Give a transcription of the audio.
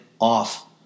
off